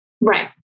Right